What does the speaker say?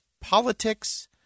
politics